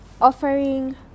offering